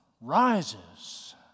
rises